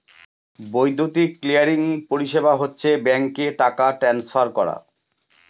বৈদ্যুতিক ক্লিয়ারিং পরিষেবা হচ্ছে ব্যাঙ্কে টাকা ট্রান্সফার করা